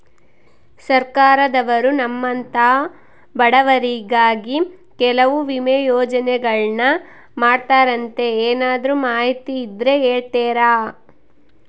ಸರ್ಕಾರದವರು ನಮ್ಮಂಥ ಬಡವರಿಗಾಗಿ ಕೆಲವು ವಿಮಾ ಯೋಜನೆಗಳನ್ನ ಮಾಡ್ತಾರಂತೆ ಏನಾದರೂ ಮಾಹಿತಿ ಇದ್ದರೆ ಹೇಳ್ತೇರಾ?